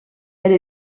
elle